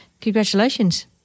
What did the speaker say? congratulations